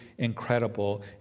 incredible